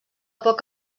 poc